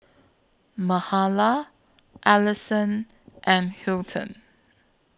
Mahala Alisson and Hilton